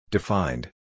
Defined